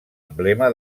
emblema